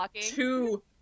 two